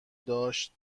داشت